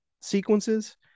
sequences